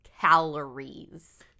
Calories